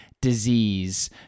disease